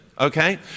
okay